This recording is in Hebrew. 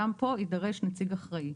גם כאן יידרש נציג אחראי.